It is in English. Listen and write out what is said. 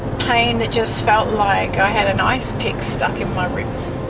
pain that just felt like i had an ice pick stuck in my ribs.